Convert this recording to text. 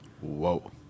Whoa